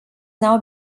now